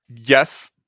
yes